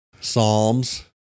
psalms